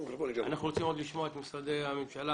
אנחנו רוצים עוד לשמוע את משרדי הממשלה,